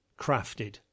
crafted